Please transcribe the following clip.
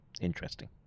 Interesting